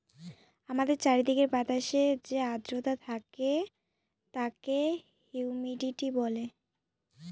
আমাদের চারিদিকের বাতাসে যে আদ্রতা থাকে তাকে হিউমিডিটি বলে